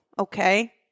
Okay